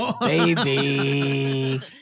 Baby